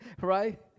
right